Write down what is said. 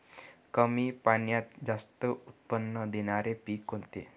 कमी पाण्यात जास्त उत्त्पन्न देणारे पीक कोणते?